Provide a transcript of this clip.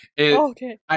Okay